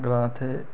ग्रांऽ इत्थै